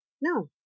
No